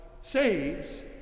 saves